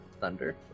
thunder